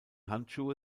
handschuhe